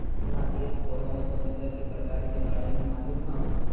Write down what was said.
राकेश तोहरा उधमिता के प्रकार के बारे में मालूम हउ